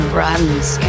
runs